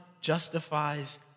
justifies